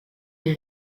les